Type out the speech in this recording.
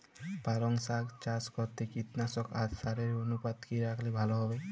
পালং শাক চাষ করতে কীটনাশক আর সারের অনুপাত কি রাখলে ভালো হবে?